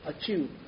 achieve